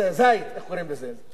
זית, איך קוראים לזה?